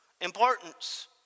importance